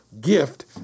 gift